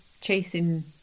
chasing